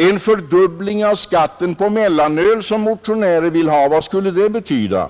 En fördubbling av skatten på mellanöl vill vissa motionärer ha, men vad skulle det betyda?